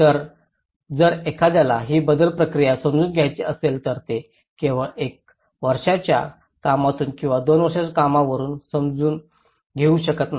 तर जर एखाद्याला ही बदल प्रक्रिया समजून घ्यायची असेल तर ते केवळ एका वर्षाच्या कामातून किंवा दोन वर्षाच्या कामावरून समजून घेऊ शकत नाही